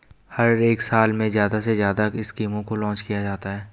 हर एक साल में ज्यादा से ज्यादा स्कीमों को लान्च किया जाता है